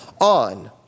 on